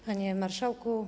Panie Marszałku!